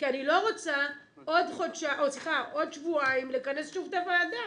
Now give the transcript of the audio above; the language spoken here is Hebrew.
כי אני לא רוצה עוד שבועיים לכנס שוב את הוועדה.